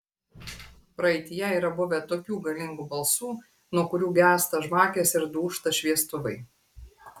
praeityje yra buvę tokių galingų balsų nuo kurių gęsta žvakės ir dūžta šviestuvai